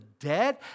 dead